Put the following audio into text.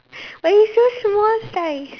but you so small size